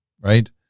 right